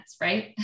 right